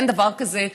אין דבר כזה שאישה,